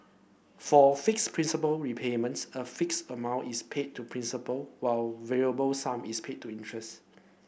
for fixed principal repayments a fixed amount is paid to principal while a variable sum is paid to interest